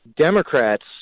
Democrats